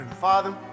Father